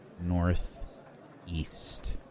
northeast